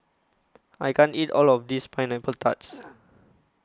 I can't eat All of This Pineapple Tart